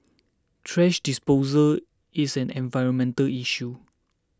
thrash disposal is an environmental issue